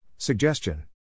Suggestion